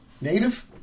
native